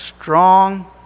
strong